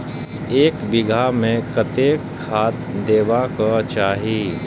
एक बिघा में कतेक खाघ देबाक चाही?